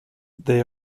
they